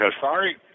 Sorry